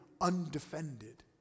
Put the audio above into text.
undefended